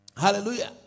Hallelujah